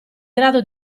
grado